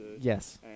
Yes